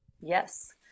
Yes